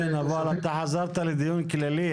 כן, אבל אתה חזרת לדיון כללי.